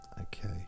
Okay